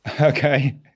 Okay